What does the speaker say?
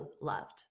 loved